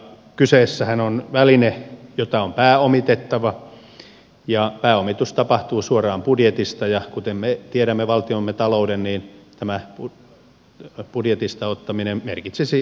kyseessähän on väline jota on pääomitettava ja pääomitus tapahtuu suoraan budjetista ja kuten me tiedämme valtiomme talouden tämä budjetista ottaminen merkitsisi lisävelan ottoa